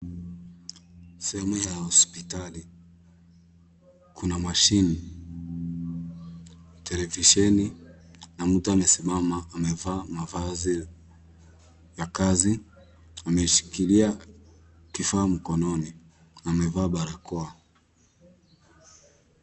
Sema ya hospitali. Kuna mashine. Televisheni, na muda amesimama amevaa mavazi ya kazi. Ameshikilia kifaa mkononi. Amevaa barakoa.